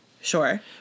Sure